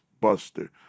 buster